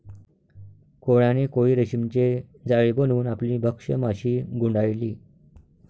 कोळ्याने कोळी रेशीमचे जाळे बनवून आपली भक्ष्य माशी गुंडाळली